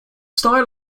style